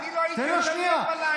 אני לא הייתי, בלילה.